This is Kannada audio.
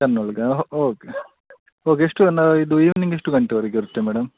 ಸಣ್ಣ ಅವ್ಳಿಗಾ ಹಾಂ ಓಕೆ ಓಕೆ ಎಷ್ಟು ಅನ್ನ ಇದು ಈವ್ನಿಂಗ್ ಎಷ್ಟು ಗಂಟೆವರೆಗೆ ಇರುತ್ತೆ ಮೇಡಮ್